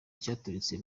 cyaturitse